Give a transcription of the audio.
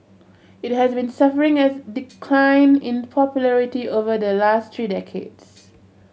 it has been suffering as decline in popularity over the last three decades